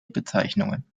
bezeichnungen